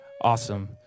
Awesome